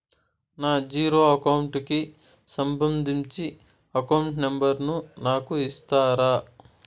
నా zero account కి సంబంధించి అకౌంట్ నెంబర్ ను నాకు ఇస్తారా